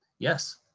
yes.